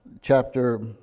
chapter